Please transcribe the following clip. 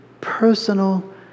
personal